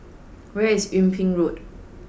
where is Yung Ping Road